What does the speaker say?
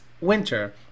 winter